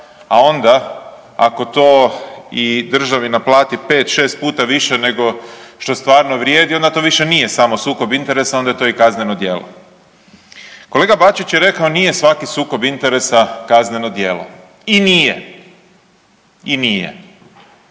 a onda ako to i državi naplati 5-6 puta više nego što stvarno vrijedi onda to više nije samo sukob interesa onda je to i kazneno djelo. Kolega Bačić je rekao nije svaki sukob interesa kazneno djelo, i nije, i nije,